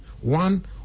one